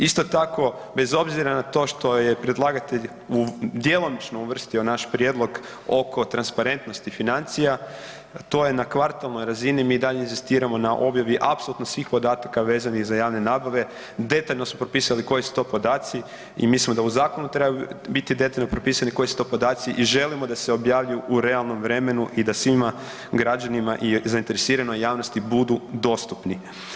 Isto tako, bez obzira na to što je predlagatelj u, djelomično uvrstio naš prijedlog oko transparentnosti financija to je na kvartalnoj razini, mi i dalje inzistiramo na objavi apsolutno svih podataka vezanih za javne nabave, detaljno smo propisali koji su to podaci i mislimo da u zakonu treba biti detaljno propisani koji su to podaci i želimo da se objavljuju u realnom vremenu i da svima građanima i zainteresiranoj javnosti budu dostupni.